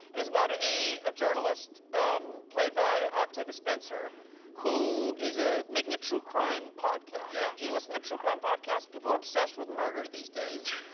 and it's about ah a journalist um played by octavia spencer who is ah making a true crime podcast. yeah. stephen do you listen to true crime podcasts? people are obsessed with murder these days.